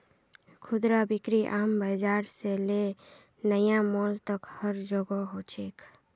खुदरा बिक्री आम बाजार से ले नया मॉल तक हर जोगह हो छेक